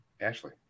Ashley